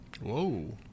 Whoa